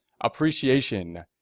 appreciation